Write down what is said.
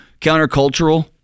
countercultural